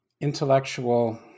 intellectual